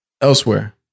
elsewhere